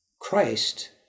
Christ